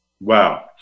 Wow